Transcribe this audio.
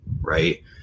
Right